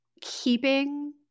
keeping